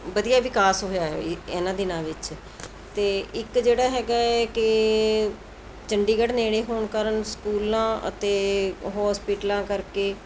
ਵਧੀਆ ਵਿਕਾਸ ਹੋਇਆ ਹੈ ਇਹਨਾਂ ਦਿਨਾਂ ਵਿੱਚ ਅਤੇ ਇੱਕ ਜਿਹੜਾ ਹੈਗਾ ਹੈ ਕਿ ਚੰਡੀਗੜ੍ਹ ਨੇੜੇ ਹੋਣ ਕਾਰਨ ਸਕੂਲਾਂ ਅਤੇ ਹੋਸਪੀਟਲਾਂ ਕਰਕੇ